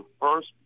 first